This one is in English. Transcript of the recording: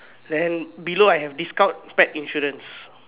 then below I have discount pack insurance